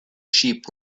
sheep